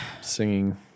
singing